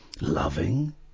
Loving